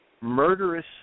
murderous